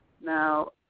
Now